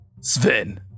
Sven